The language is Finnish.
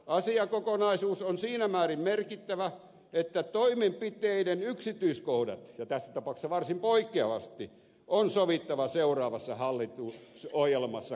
asiakokonaisuus on siinä määrin merkittävä että toimenpiteiden yksityiskohdat ja tässä tapauksessa varsin poikkeavasti on sovittava seuraavassa hallitusohjelmassa kohta kohdalta